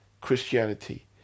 Christianity